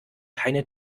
keine